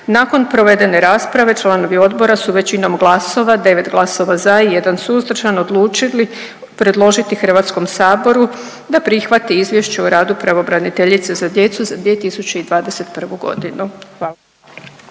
Nakon provedene rasprave članovi Odbora su većinom glasova (9 glasova za i 1 suzdržan) odlučili predložiti Hrvatskom saboru da prihvati Izvješće o radu pravobraniteljice za djecu za 2021. godinu.